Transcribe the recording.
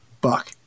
buck